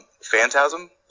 Phantasm